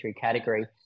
category